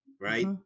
right